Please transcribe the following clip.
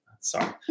Sorry